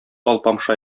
алпамша